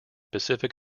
pacific